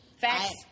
Facts